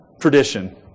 tradition